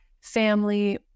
family